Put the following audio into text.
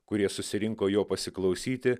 kurie susirinko jo pasiklausyti